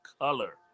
color